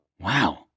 wow